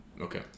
Okay